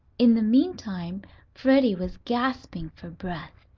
in the meantime freddie was gasping for breath.